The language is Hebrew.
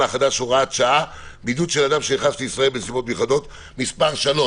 החדש (הוראת שעה) (בידוד של אדם שנכנס לישראל בנסיבות מיוחדות) (מס' 3),